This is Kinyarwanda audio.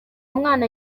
mwana